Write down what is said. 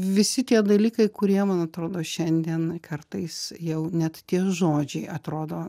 visi tie dalykai kurie man atrodo šiandien kartais jau net tie žodžiai atrodo